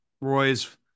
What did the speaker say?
Roy's